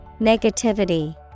Negativity